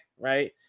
right